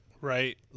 Right